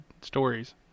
stories